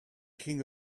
king